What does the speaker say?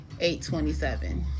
827